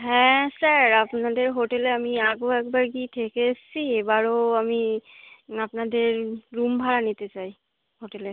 হ্যাঁ স্যার আপনাদের হোটেলে আমি আগেও একবার গিয়ে থেকে এসছি এবারও আমি আপনাদের রুম ভাড়া নিতে চাই হোটেলের